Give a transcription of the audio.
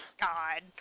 God